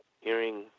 hearing